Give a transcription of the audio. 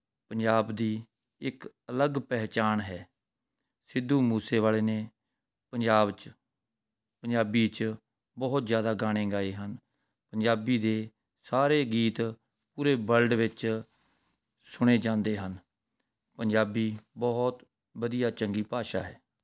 ਪੰਜਾਬ ਦੀ ਇੱਕ ਅਲੱਗ ਪਹਿਚਾਣ ਹੈ ਸਿੱਧੂ ਮੂਸੇਵਾਲੇ ਨੇ ਪੰਜਾਬ 'ਚ ਪੰਜਾਬੀ 'ਚ ਬਹੁਤ ਜ਼ਿਆਦਾ ਗਾਣੇ ਗਾਏ ਹਨ ਪੰਜਾਬੀ ਦੇ ਸਾਰੇ ਗੀਤ ਪੂਰੇ ਵਰਲਡ ਵਿੱਚ ਸੁਣੇ ਜਾਂਦੇ ਹਨ ਪੰਜਾਬੀ ਬਹੁਤ ਵਧੀਆ ਚੰਗੀ ਭਾਸ਼ਾ ਹੈ